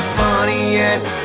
funniest